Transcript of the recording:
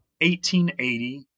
1880